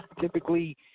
Typically